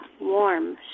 warm